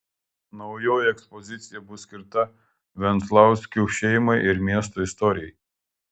naujoji ekspozicija bus skirta venclauskių šeimai ir miesto istorijai